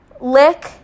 lick